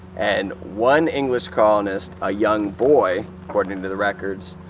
and one english colonist, a young boy according to the records,